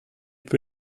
peut